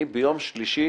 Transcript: ביום שלישי